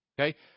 okay